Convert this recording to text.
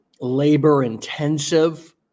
labor-intensive